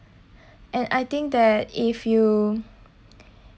and I think that if you